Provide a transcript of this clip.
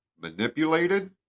manipulated